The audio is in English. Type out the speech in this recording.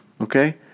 okay